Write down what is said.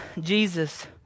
Jesus